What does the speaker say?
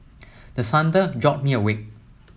the thunder jolt me awake